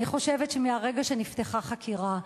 אני חושבת שמהרגע שנפתחה חקירה,